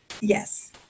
yes